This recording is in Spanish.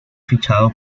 fichado